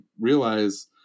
realize